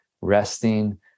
resting